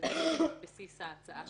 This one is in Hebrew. להגיד שפה גרימת הנזק יכולה להיות כל כך גדולה,